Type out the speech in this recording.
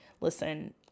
listen